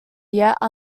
yet